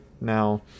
now